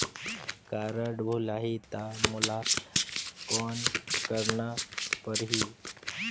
Card भुलाही ता मोला कौन करना परही?